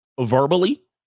verbally